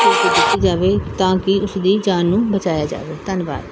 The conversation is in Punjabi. ਦਿੱਤੀ ਜਾਵੇ ਤਾਂ ਕਿ ਉਸਦੀ ਜਾਨ ਨੂੰ ਬਚਾਇਆ ਜਾਵੇ ਧੰਨਵਾਦ